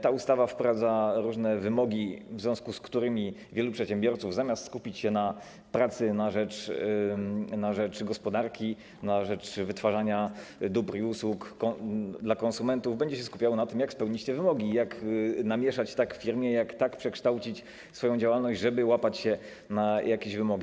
Ta ustawa wprowadza różne wymogi, w związku z którymi wielu przedsiębiorców, zamiast skupić się na pracy na rzecz gospodarki, na rzecz wytwarzania dóbr i usług dla konsumentów, będzie się skupiało na tym, jak spełnić te wymogi i jak tak namieszać w firmie, jak tak przekształcić swoją działalność, żeby łapać się na jakieś wymogi.